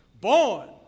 Born